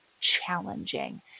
challenging